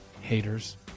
Haters